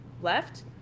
left